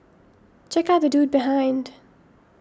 check out the dude behind